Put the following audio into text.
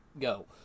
go